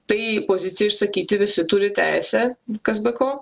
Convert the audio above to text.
tai poziciją išsakyti visi turi teisę kas be ko